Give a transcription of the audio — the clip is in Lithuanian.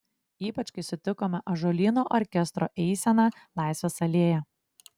ypač kai sutikome ąžuolyno orkestro eiseną laisvės alėja